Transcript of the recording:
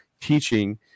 teaching